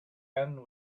end